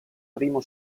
primo